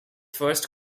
first